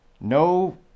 no